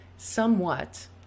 somewhat